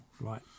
Right